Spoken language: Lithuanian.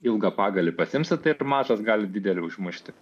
ilgą pagalį pasiimsit tai ir mažas gali didelį užmušti